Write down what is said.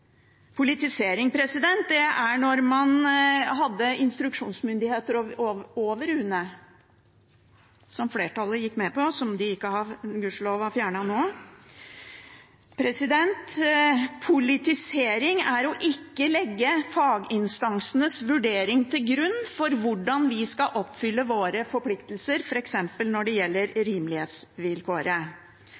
Politisering var det da man hadde instruksjonsmyndighet over UNE, som flertallet gikk med på, men som de gudskjelov har fjernet nå. Politisering er å ikke legge faginstansenes vurdering til grunn for hvordan vi skal oppfylle våre forpliktelser, f.eks. når det gjelder rimelighetsvilkåret.